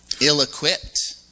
ill-equipped